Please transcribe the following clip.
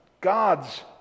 God's